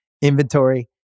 inventory